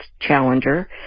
Challenger